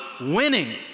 winning